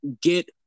get